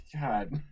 God